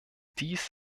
dies